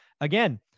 again